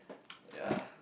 ya